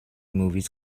movies